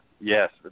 yes